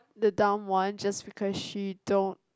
the dumb one just because she don't